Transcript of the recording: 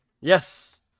Yes